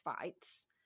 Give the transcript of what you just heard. fights